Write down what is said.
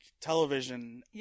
television